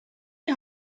die